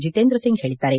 ಜಿತೇಂದ್ರ ಸಿಂಗ್ ಹೇಳಿದ್ದಾರೆ